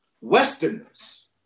Westerners